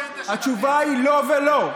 התשובה היא לא ולא,